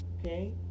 okay